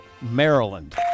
Maryland